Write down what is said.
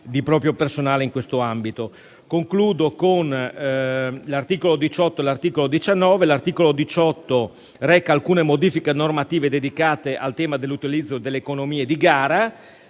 di proprio personale in questo ambito. Concludo con gli articoli 18 e 19. L'articolo 18 reca alcune modifiche normative dedicate al tema dell'utilizzo delle economie di gara,